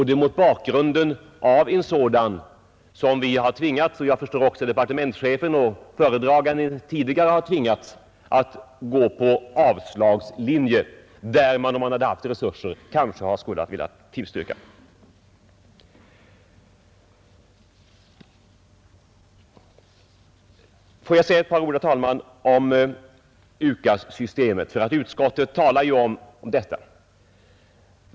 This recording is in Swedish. Det är mot den bakgrunden vi har tvingats — liksom jag förstår att föredragande statsråd tidigare har tvingats — till att gå på avslagslinjen där man kanske skulle ha velat tillstyrka, om man hade haft resurser. Får jag säga några ord, herr talman, om UKAS-systemet.